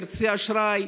כרטיסי אשראי,